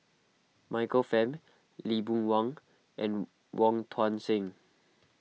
Michael Fam Lee Boon Wang and Wong Tuang Seng